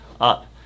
up